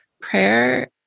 prayer